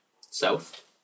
South